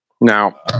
Now